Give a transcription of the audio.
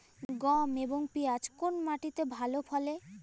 গম এবং পিয়াজ কোন মাটি তে ভালো ফলে?